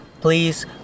please